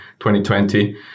2020